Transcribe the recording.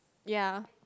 ya